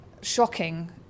shocking